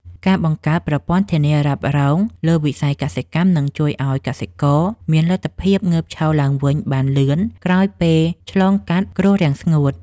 ការបង្កើតប្រព័ន្ធធានារ៉ាប់រងលើវិស័យកសិកម្មនឹងជួយឱ្យកសិករមានលទ្ធភាពងើបឈរឡើងវិញបានលឿនក្រោយពេលឆ្លងកាត់គ្រោះរាំងស្ងួត។